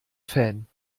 fan